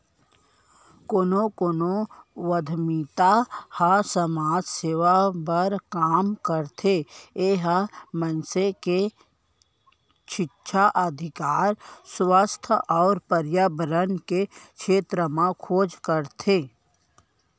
कोनो कोनो उद्यमिता ह समाज सेवा बर काम करथे ए ह मनसे के सिक्छा, अधिकार, सुवास्थ अउ परयाबरन के छेत्र म खोज करथे